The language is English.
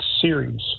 series